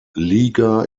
liga